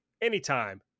anytime